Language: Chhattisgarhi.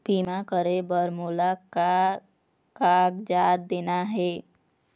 बीमा करे बर मोला का कागजात देना हे?